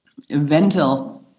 ventil